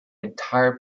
entire